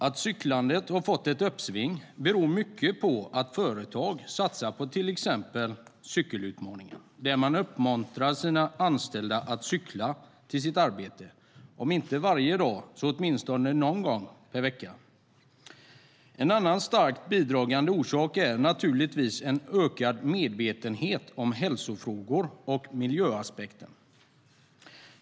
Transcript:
Att cyklandet har fått ett uppsving beror mycket på att företag satsar på till exempel cykelutmaningen, där man uppmuntrar sina anställda att cykla till sitt arbete om inte varje dag så åtminstone någon gång i veckan. En annan strakt bidragande orsak är naturligtvis en ökad medvetenhet om hälsofrågor och miljöaspekten.